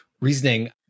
reasoning